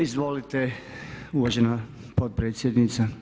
Izvolite, uvažena potpredsjednica.